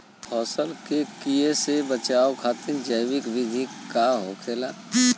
फसल के कियेसे बचाव खातिन जैविक विधि का होखेला?